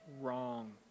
wrong